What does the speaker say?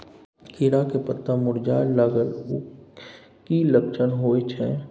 खीरा के पत्ता मुरझाय लागल उ कि लक्षण होय छै?